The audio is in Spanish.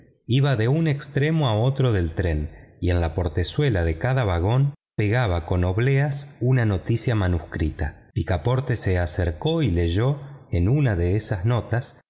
iba de un extremo al otro del tren y en la portezuela de cada vagón pegaba con obleas una noticia manuscrita picaporte se acercó y leyó en una de esas notas